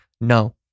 no